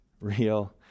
real